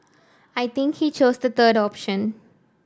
I think he chose the third option